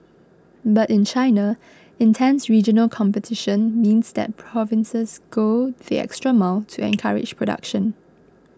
but in China intense regional competition means that provinces go the extra mile to encourage production